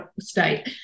state